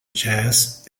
jazz